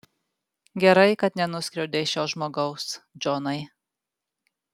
gerai kad nenuskriaudei šio žmogaus džonai